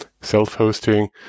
self-hosting